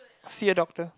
see a doctor